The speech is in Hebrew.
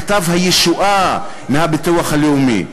מכתב הישועה מהביטוח הלאומי,